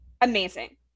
Amazing